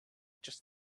just